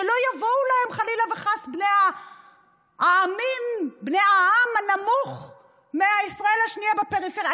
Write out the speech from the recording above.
שלא יבואו להם חלילה וחס בני העם הנמוך מישראל השנייה בפריפריה.